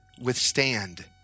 withstand